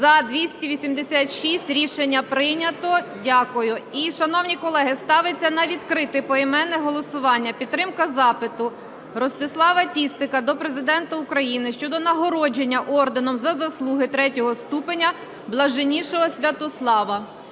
За-286 Рішення прийнято. Дякую. І, шановні колеги, ставиться на відкрите поіменне голосування підтримка запиту Ростислава Тістика до Президента України щодо нагородження Орденом "За заслуги" III ступеня Блаженнішого Святослава.